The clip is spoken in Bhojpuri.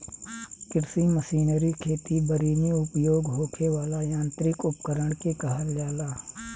कृषि मशीनरी खेती बरी में उपयोग होखे वाला यांत्रिक उपकरण के कहल जाला